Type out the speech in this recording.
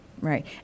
right